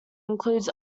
includes